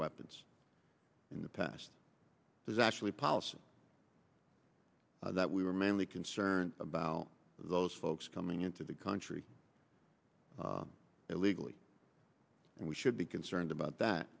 weapons in the past there's actually a policy that we were mainly concerned about those folks coming into the country illegally and we should be concerned about that